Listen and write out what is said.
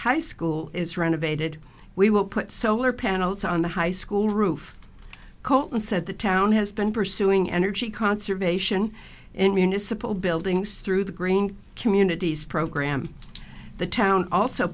house school is renovated we will put solar panels on the high school roof coltan said the town has been pursuing energy conservation in municipal buildings through the green community's program the town also